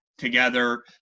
together